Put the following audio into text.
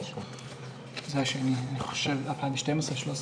אז מבחינתה זה בעצם חיים ומוות אם יש את הטיפול הזה בצפת או לא.